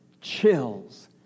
chills